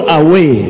away